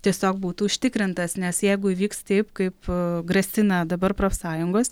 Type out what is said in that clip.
tiesiog būtų užtikrintas nes jeigu įvyks taip kaip grasina dabar profsąjungos